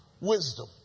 Wisdom